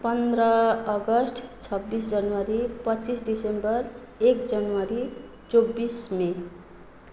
पन्ध्र अगस्ट छब्बिस जनवरी पच्चिस डिसेम्बर एक जनवरी चौबिस मे